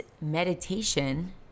meditation